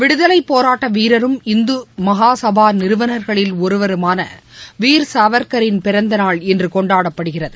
விடுதலைப் போராட்ட வீரரும் இந்து மகாசபா நிறுவனா்களில் ஒருவருமான வீர் சாவர்கரின் பிறந்தநாள் இன்று கொண்டாடப்படுகிறது